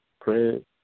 pray